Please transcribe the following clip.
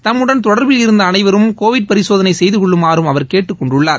தம்முடன் தொடர்பில் இருந்த அனைவரும் கோவிட் பரிசோதனை செய்து கொள்ளுமாறும் அவர் கேட்டுக்கொண்டுள்ளார்